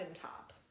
top